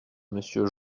monsieur